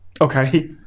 Okay